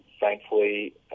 Thankfully